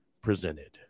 presented